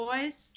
Boys